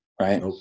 right